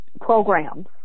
programs